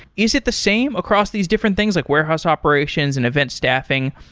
is it the same across these different things, like warehouse operations and event staffing,